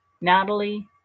Natalie